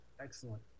Excellent